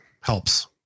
helps